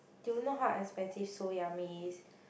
do you know how expensive Seoul Yummy is